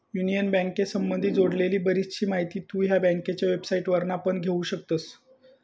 union बँकेसंबधी जोडलेली बरीचशी माहिती तु ह्या बँकेच्या वेबसाईटवरना पण घेउ शकतस